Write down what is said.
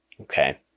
okay